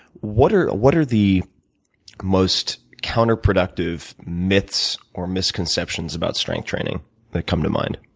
what are what are the most counterproductive myths or misconceptions about strength training that come to mind?